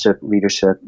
leadership